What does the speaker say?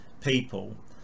people